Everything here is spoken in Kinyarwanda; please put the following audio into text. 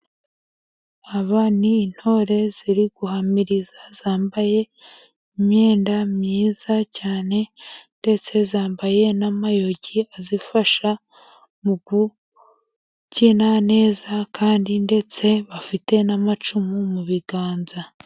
Aba ni intore ziri guhamiriza zambaye imyenda myiza cyane, ndetse zambaye n'amayugi, azifasha mu kubyina neza, kandi ndetse bafite n'amacumu mu biganza.